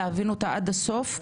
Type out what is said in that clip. להבין אותה עד הסוף,